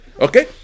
Okay